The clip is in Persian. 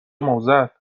معضل